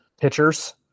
pitchers